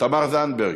תמר זנדברג,